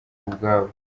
ubwabo